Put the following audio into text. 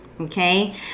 okay